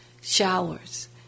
showers